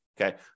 Okay